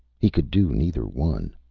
he could do neither one.